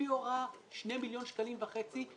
לפי הוראה 2.5 מיליון שקלים,